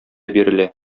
бирелә